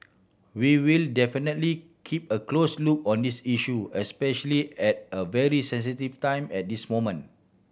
we will definitely keep a close look on this issue especially at a very sensitive time at this moment